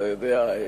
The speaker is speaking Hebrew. אתה יודע.